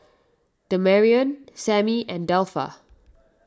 Damarion Sammie and Delpha